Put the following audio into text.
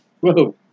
Whoa